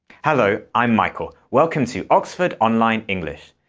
hello, i'm michael. welcome to oxford online english.